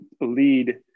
lead